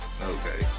Okay